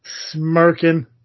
smirking